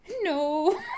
no